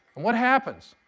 and what happens?